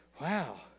wow